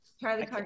Charlie